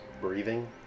breathing